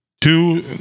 two